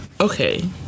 Okay